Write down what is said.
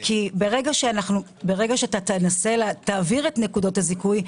ברגע שתעביר את נקודות הזיכוי,